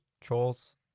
trolls